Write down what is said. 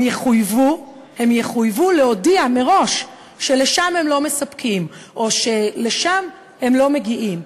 הם יחויבו להודיע מראש שלשם הם לא מספקים או שלשם הם לא מגיעים,